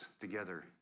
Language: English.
together